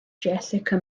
jessica